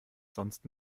sonst